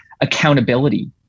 accountability